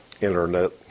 Internet